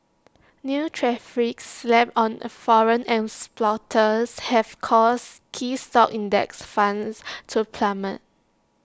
new tariffs slapped on foreign exporters have caused key stock index funds to plummet